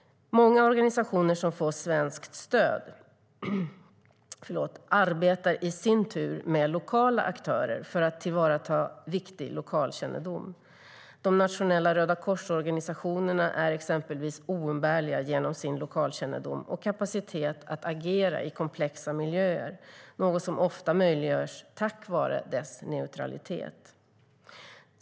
Många organisationer som får svenskt stöd arbetar i sin tur med lokala aktörer för att tillvarata viktig lokalkännedom. De nationella Rödakorsorganisationerna är exempelvis oumbärliga genom sin lokalkännedom och kapacitet att agera i komplexa miljöer, något som ofta möjliggörs tack vare deras neutralitet.